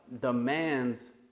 demands